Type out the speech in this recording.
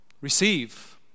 Receive